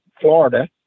florida